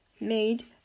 made